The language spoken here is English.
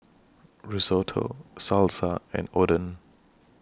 Risotto Salsa and Oden